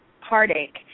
heartache